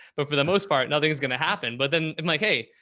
but for the most part nothing's going to happen. but then i'm like, hey,